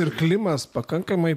ir klimas pakankamai